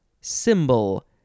symbol